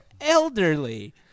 elderly